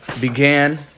began